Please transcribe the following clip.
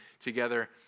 together